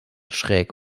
schräg